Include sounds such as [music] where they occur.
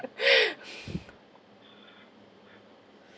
[laughs]